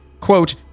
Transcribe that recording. quote